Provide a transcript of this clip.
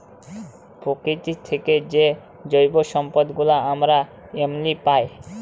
পকিতি থ্যাইকে যে জৈব সম্পদ গুলা আমরা এমলি পায়